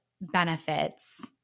benefits